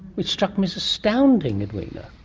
which struck me as astounding, edwina.